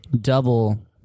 double